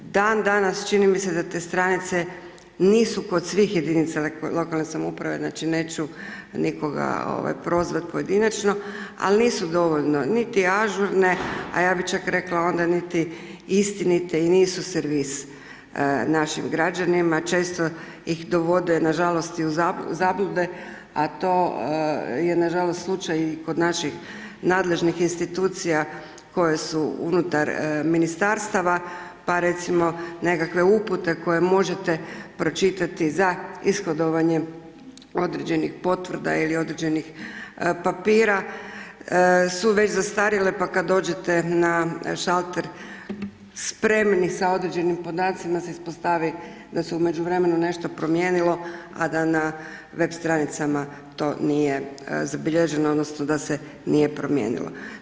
Dan danas čini mi se da te stranice nisu kod svih jedinica lokalnih samouprave, znači neću nikoga prozvati pojedinačno, ali nisu dovoljno niti ažurne, a ja bi čak rekla onda istinite i nisu servis našim građanima, često ih dovode nažalost i u zablude, a to je nažalost slučaj i kod naših nadležnih insinuacija koje su unutar ministarstava, pa recimo nekakve upute koje možete pročitati za ishodovanju određenih potvrda ili određenih papira su već zastarjele, pa kada dođete na šalter spremni, sa određenim podacima, se ispostavi da se je u međuvremenu nešto promijenilo, ad a na web stranicama to nije zabilježeno, odnosno, da se nije promijenilo.